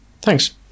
thanks